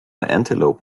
antelope